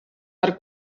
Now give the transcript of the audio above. per